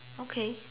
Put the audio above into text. okay